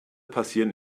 passieren